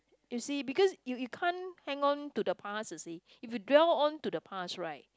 you see because you you can't hang on to the past you see if you dwell on to the past right